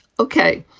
ok,